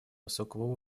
высокого